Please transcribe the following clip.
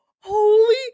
Holy